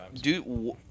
dude